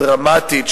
הדרמטית,